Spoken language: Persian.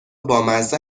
بامزه